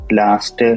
last